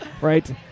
Right